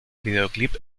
videoclip